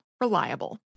reliable